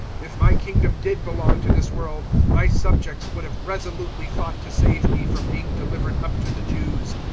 if my kingdom did belong to this world, my subjects would have resolutely fought to save me from being delivered up to the jews.